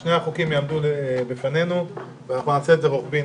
שני החוקים יעמדו בפנינו ונעבוד עליהם רוחבית.